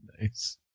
Nice